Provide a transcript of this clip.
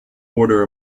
order